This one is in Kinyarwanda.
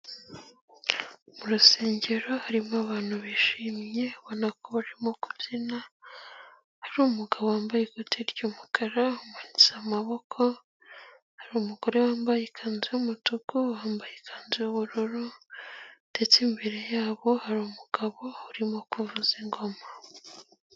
Mu rusengero harimo abantu bishimye wanakuramo kubyina harumu umugabo wambaye ikote ry'umukara umunsi amaboko hari umugore wambaye ikanzu yumutuku wambaye ikanzu yubururu ndetse imbere yabo harumu umugabo urimo kuvuza ingoma.